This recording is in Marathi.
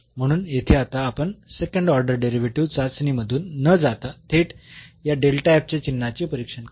म्हणून येथे आता आपण सेकंड ऑर्डर डेरिव्हेटिव्ह चाचणीमधून न जाता थेट या च्या चिन्हाचे परीक्षण करू